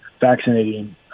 vaccinating